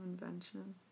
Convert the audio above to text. invention